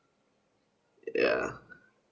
yeah